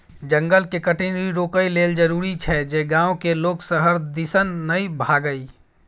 जंगल के कटनी रोकइ लेल जरूरी छै जे गांव के लोक शहर दिसन नइ भागइ